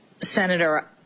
Senator